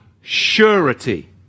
surety